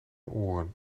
oren